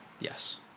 Yes